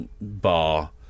bar